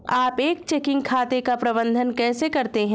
आप एक चेकिंग खाते का प्रबंधन कैसे करते हैं?